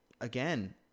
again